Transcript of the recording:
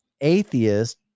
atheist